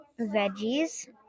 Veggies